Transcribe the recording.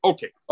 Okay